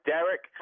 Derek